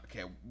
okay